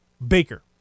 Baker